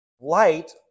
Light